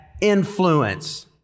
influence